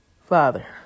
Father